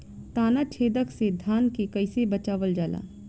ताना छेदक से धान के कइसे बचावल जाला?